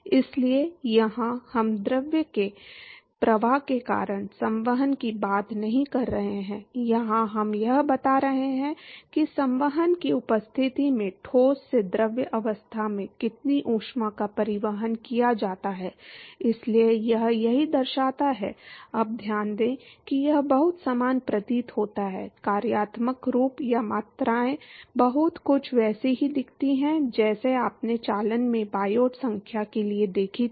इसलिए यहाँ हम द्रव के प्रवाह के कारण संवहन की बात नहीं कर रहे हैं यहाँ हम यह बता रहे हैं कि संवहन की उपस्थिति में ठोस से द्रव अवस्था में कितनी ऊष्मा का परिवहन किया जाता है इसलिए यह यही दर्शाता है अब ध्यान दें कि यह बहुत समान प्रतीत होता है कार्यात्मक रूप या मात्राएं बहुत कुछ वैसी ही दिखती हैं जैसी आपने चालन में बायोट संख्या के लिए देखी थी